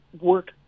work